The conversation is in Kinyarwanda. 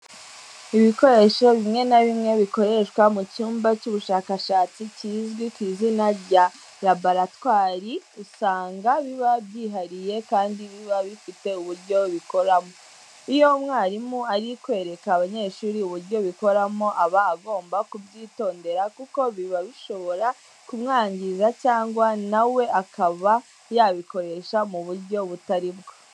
Ibikoresho bimwe na bimwe bikoreshwa mu cyumba cy'ubushakashatsi kizwi ku izina rya laboratwari, usanga biba byihariye kandi biba bifite uburyo bikoramo. Iyo umwarimu ari kwereka abanyeshuri uburyo bikoramo aba agomba kubyitondera kuko biba bishobora kumwangiza cyangwa na we akaba yabikoresha mu buryo butari bwo.